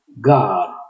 God